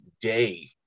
day